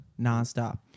nonstop